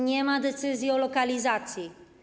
Nie ma decyzji o lokalizacji.